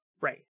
Right